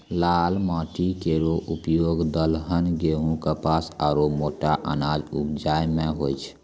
लाल माटी केरो उपयोग दलहन, गेंहू, कपास आरु मोटा अनाज उपजाय म होय छै